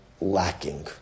lacking